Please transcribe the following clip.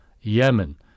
Yemen